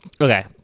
okay